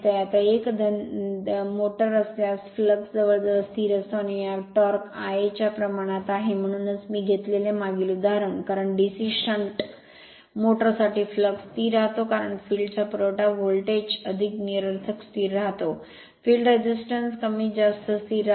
आता एक धंद्याची मोटर असल्यास फ्लक्स जवळजवळ स्थिर असतो आणि टॉर्क Ia च्या प्रमाणात आहे म्हणूनच मी घेतलेले मागील उदाहरण कारण DC शंट मोटर साठी फ्लक्स स्थिर राहतो कारण फील्ड चा पुरवठा व्होल्टेज अधिक निरर्थक स्थिर राहतो फील्ड रेझिस्टन्स कमी जास्त स्थिर राहतो